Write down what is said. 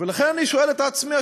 ולכן אני שואל את עצמי,